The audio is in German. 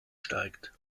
steigt